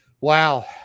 wow